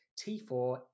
T4